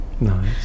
Nice